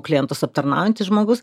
klientus aptarnaujantis žmogus